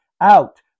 out